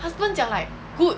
husband 讲 like good